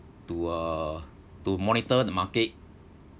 to uh to monitor the market